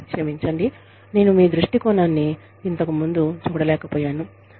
క్షమించండి నేను మీ దృష్టికోణాన్ని ఇంతకు ముందు చూడలేకపోయాను